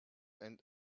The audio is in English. and